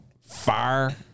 Fire